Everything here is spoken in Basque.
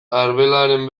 arbelaren